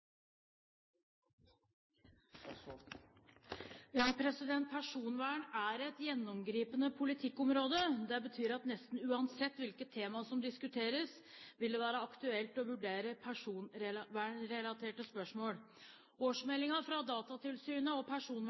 i verden. Personvern er et gjennomgripende politikkområde. Det betyr at nesten uansett hvilket tema som diskuteres, vil det være aktuelt å vurdere personvernrelaterte spørsmål. Årsmeldingene fra Datatilsynet og